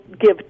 give